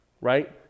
right